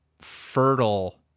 fertile